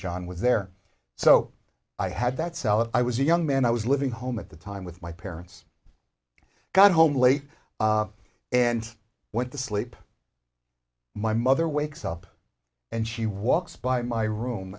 john was there so i had that salad i was a young man i was living home at the time with my parents got home late and went to sleep my mother wakes up and she walks by my room